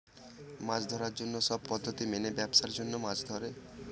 মাছ ধরার জন্য সব পদ্ধতি মেনে ব্যাবসার জন্য মাছ ধরে